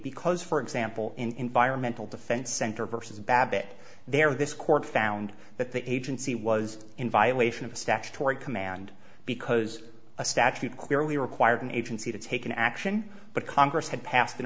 because for example in environmental defense center versus babbitt there this court found that the agency was in violation of statutory command because a statute clearly required an agency to take an action but congress had passed an